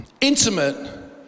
intimate